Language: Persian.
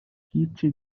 هیچی